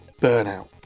Burnout